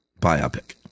biopic